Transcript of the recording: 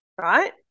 right